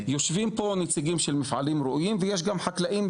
יושבים פה נציגים של מפעלים ראויים ויש גם חקלאים.